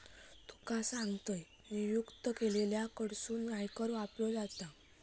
तुका सांगतंय, नियुक्त केलेल्या कडसून आयकर कापलो जाता